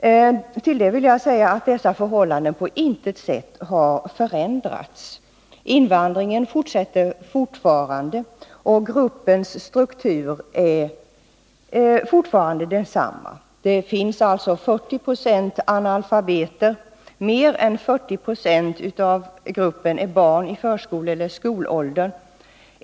Dessa förhållanden har på intet sätt förändrats. Invandringen fortsätter alltjämt, och gruppens struktur är fortfarande densamma. 40 96 är analfabeter. Mer än 40 26 av gruppen är barn i förskoleeller skolåldern.